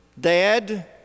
dad